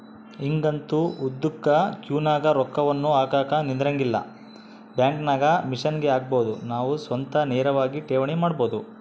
ಈಗಂತೂ ಉದ್ದುಕ ಕ್ಯೂನಗ ರೊಕ್ಕವನ್ನು ಹಾಕಕ ನಿಂದ್ರಂಗಿಲ್ಲ, ಬ್ಯಾಂಕಿನಾಗ ಮಿಷನ್ಗೆ ಹಾಕಬೊದು ನಾವು ಸ್ವತಃ ನೇರವಾಗಿ ಠೇವಣಿ ಮಾಡಬೊದು